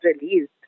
released